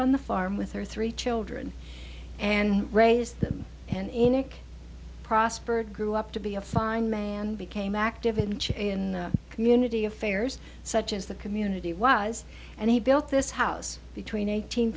on the farm with her three children and raised and in it prospered grew up to be a fine man became active in in the community affairs such as the community was and he built this house between eighteen